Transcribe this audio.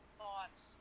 thoughts